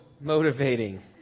motivating